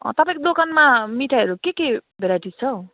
तपाईँको दोकानमा मिठाईहरू के के भेराइटिस् छ हौ